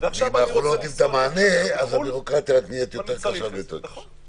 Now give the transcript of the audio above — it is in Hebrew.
ואם אנחנו לא נותנים את המענה אז הבירוקרטיה נעשית רק יותר ויותר קשה.